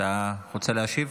אתה רוצה להשיב?